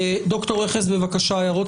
ד"ר רכס, בבקשה, הערות סיום.